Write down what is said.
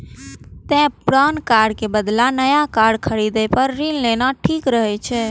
तें पुरान कार के बदला नया कार खरीदै पर ऋण लेना ठीक रहै छै